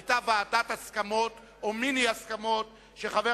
היתה ועדת הסכמות או מיני הסכמות של חבר